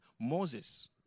Moses